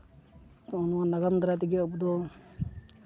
ᱚᱱᱟ ᱱᱟᱜᱟᱢ ᱫᱟᱨᱟᱭ ᱛᱮᱜᱮ ᱟᱵᱚ ᱫᱚ